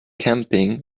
camping